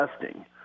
testing